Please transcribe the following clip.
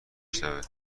شنوه